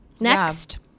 Next